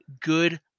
Good